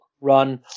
run